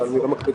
המטרה